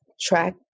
Track